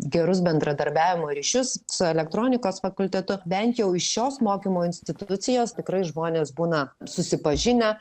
gerus bendradarbiavimo ryšius su elektronikos fakultetu bent jau iš šios mokymo institucijos tikrai žmonės būna susipažinę